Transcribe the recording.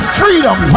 freedom